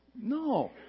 No